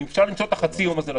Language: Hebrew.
אפשר למצוא את חצי היום הזה לכנסת.